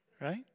right